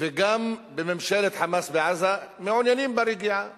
וגם בממשלת "חמאס" בעזה מעוניינים ברגיעה